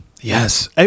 Yes